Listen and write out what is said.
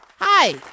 Hi